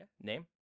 Name